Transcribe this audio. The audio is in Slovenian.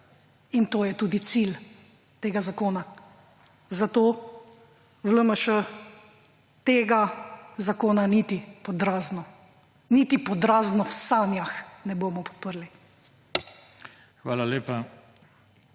In to je tudi cilj tega zakona. Zato v LMŠ tega zakona niti pod razno, niti pod razno v sanjah ne bomo podprli.